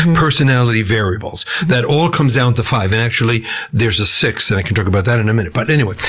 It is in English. personality variables. that all comes down to five. and actually there's a sixth, and i can talk about that in a minute. but anyway,